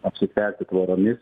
apsitverti tvoromis